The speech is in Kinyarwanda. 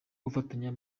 gufatanya